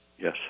Yes